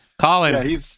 Colin